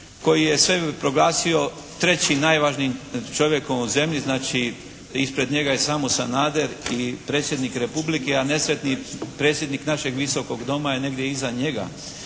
koji je sebe proglasio trećim najvažnijim čovjekom u zemlji. Znači ispred njega je samo Sanader i Predsjednik Republike, a nesretni predsjednik našeg Visokog Doma je negdje iza njega.